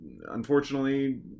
unfortunately